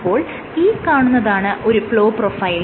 അപ്പോൾ ഈ കാണുന്നതാണ് ഒരു ഫ്ലോ പ്രൊഫൈൽ